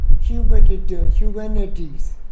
humanities